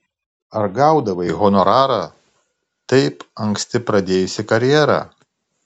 ar gaudavai honorarą taip anksti pradėjusi karjerą